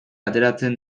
ateratzen